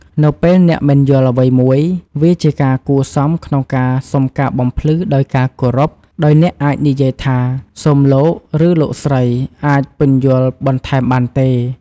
នៅពេលអ្នកមិនយល់អ្វីមួយ វាជាការគួរសមក្នុងការសុំការបំភ្លឺដោយការគោរព ដោយអ្នកអាចនិយាយថា “សូមលោក ឬលោកស្រីអាចពន្យល់បន្ថែមបានទេ?”។